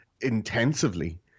intensively